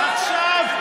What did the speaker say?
עכשיו,